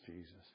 Jesus